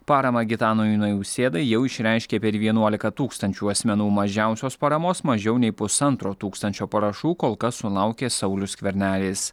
paramą gitanui nausėdai jau išreiškė per vienuolika tūkstančių asmenų mažiausios paramos mažiau nei pusantro tūkstančio parašų kol kas sulaukęs saulius skvernelis